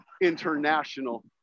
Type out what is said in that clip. international